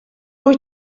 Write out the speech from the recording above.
wyt